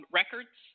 records